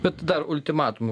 bet dar ultimatumų